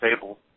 table